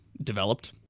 Developed